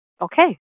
okay